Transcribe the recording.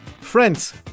Friends